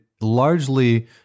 largely